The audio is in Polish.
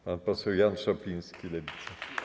Pan poseł Jan Szopiński, Lewica.